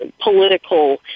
political